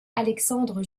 alexandre